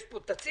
יש פה תצהיר,